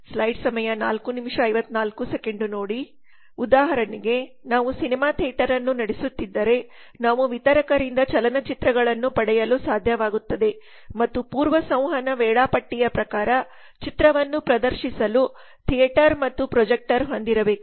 ಆದ್ದರಿಂದ ಉದಾಹರಣೆಗೆ ನಾವು ಸಿನೆಮಾಥಿಯೇಟರ್ ಅನ್ನು ನಡೆಸುತ್ತಿದ್ದರೆ ನಾವು ವಿತರಕರಿಂದ ಚಲನಚಿತ್ರಗಳನ್ನು ಪಡೆಯಲು ಸಾಧ್ಯವಾಗುತ್ತದೆ ಮತ್ತು ಪೂರ್ವ ಸಂವಹನ ವೇಳಾಪಟ್ಟಿಯ ಪ್ರಕಾರ ಚಿತ್ರವನ್ನು ಪ್ರದರ್ಶಿಸಲು ಥಿಯೇಟರ್ ಮತ್ತು ಪ್ರೊಜೆಕ್ಟರ್ ಹೊಂದಿರಬೇಕು